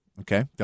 Okay